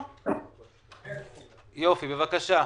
ברור לכולם שיש בכל המדינה פחות מכשירים מאשר בכל ה-OECD פר